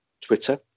Twitter